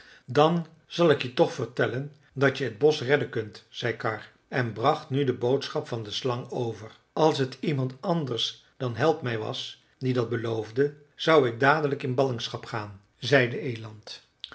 dan zal ik je toch vertellen dat je het bosch redden kunt zei karr en bracht nu de boodschap van de slang over als t iemand anders dan helpmij was die dat beloofde zou ik dadelijk in ballingschap gaan zei de eland